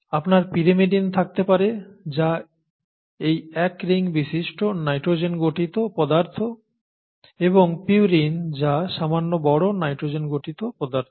আপনার পিরিমিডিন থাকতে পারে যা এই এক রিং বিশিষ্ট নাইট্রোজেনঘটিত পদার্থ এবং পিউরিন যা সামান্য বড় নাইট্রোজেনঘটিত পদার্থ